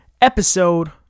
episode